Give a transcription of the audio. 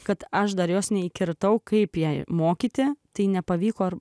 kad aš dar jos neįkirtau kaip jai mokyti tai nepavyko